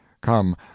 come